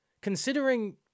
Considering